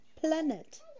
Planet